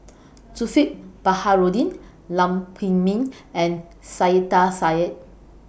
Zulkifli Baharudin Lam Pin Min and Saiedah Said